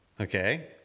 okay